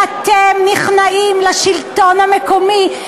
ואתם נכנעים לשלטון המקומי.